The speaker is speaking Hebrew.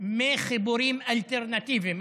מחיבורים אלטרנטיביים,